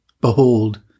Behold